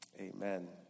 amen